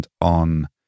on